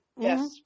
Yes